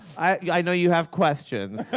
i know you have questions.